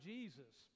Jesus